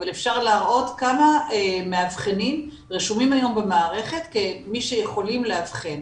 אבל אפשר להראות כמה מאבחנים רשומים היום במערכת כמי שיכולים לאבחן.